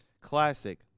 classic